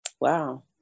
wow